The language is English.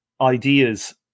ideas